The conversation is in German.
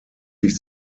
sich